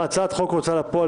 הצבעה בעד,